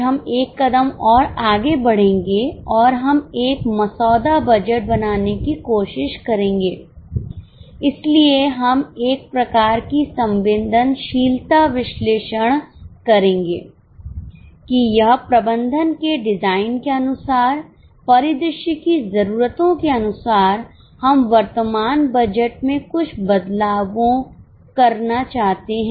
आज हम एक कदम और आगे बढ़ेंगे और हम एक मसौदा बजट बनाने की कोशिश करेंगे इसलिए हम एक प्रकार की संवेदनशीलता विश्लेषण करेंगे कि यह प्रबंधन के डिज़ाइन के अनुसार परिदृश्य की ज़रूरतों के अनुसार हम वर्तमान बजट में कुछ बदलावों करना चाहते हैं